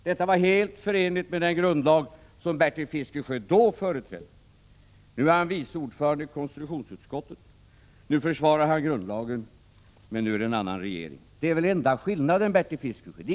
Det var helt förenligt med den grundlag som Bertil Fiskesjö då företrädde. Nu är han vice ordförande i konstitutionsutskottet. Nu försvarar han grundlagen, men nu är det annan regering. Det är väl enda skillnaden, Bertil Fiskesjö.